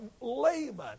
layman